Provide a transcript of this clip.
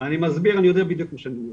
אני יודע מה שאני מסביר,